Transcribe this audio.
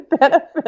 benefit